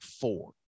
four